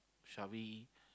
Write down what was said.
shall we